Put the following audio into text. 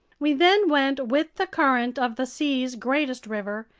we then went with the current of the sea's greatest river,